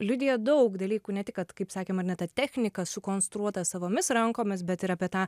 liudija daug dalykų ne tik kad kaip sakėm ar ne ta technika sukonstruota savomis rankomis bet ir apie tą